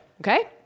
Okay